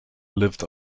lived